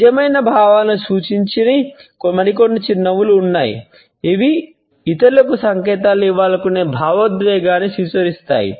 నిజమైన భావాలను సూచించని మరికొన్ని చిరునవ్వులు ఉన్నాయి అవి ఇతరులకు సంకేతాలు ఇవ్వాలనుకునే భావోద్వేగాన్ని సూచిస్తాయి